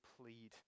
plead